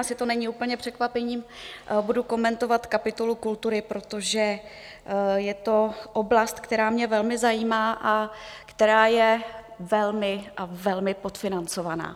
Asi to není úplně překvapením, já budu samozřejmě komentovat kapitolu kultury, protože je to oblast, která mě velmi zajímá a která je velmi a velmi podfinancovaná.